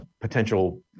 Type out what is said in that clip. potential